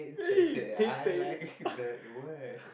K K I like that word